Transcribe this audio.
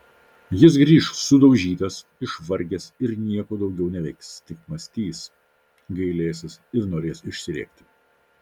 jis grįš sudaužytas išvargęs ir nieko daugiau neveiks tik mąstys gailėsis ir norės išsirėkti